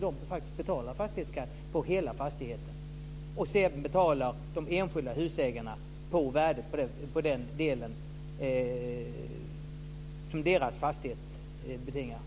De får betala fastighetsskatt på hela fastigheten. Sedan betalar de enskilda husägarna fastighetsskatt på den del av värdet som deras hus betingar.